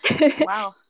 Wow